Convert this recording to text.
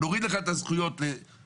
נוריד לך את הזכויות לפחות,